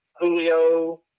Julio